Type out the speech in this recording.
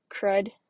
crud